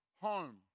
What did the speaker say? home